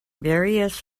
various